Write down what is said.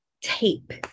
tape